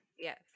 Yes